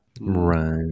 Right